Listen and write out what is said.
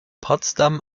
potsdam